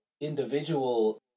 individual